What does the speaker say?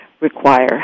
require